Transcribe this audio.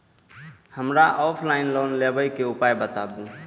हमरा offline loan लेबे के उपाय बतबु?